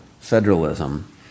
federalism